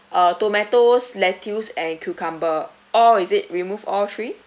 tomatoes lettuce and cucumber all is it removed all three